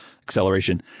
acceleration